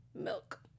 milk